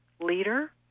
leader